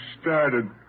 started